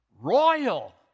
royal